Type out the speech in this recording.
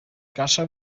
kassa